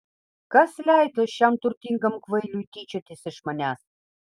kas leido šiam turtingam kvailiui tyčiotis iš manęs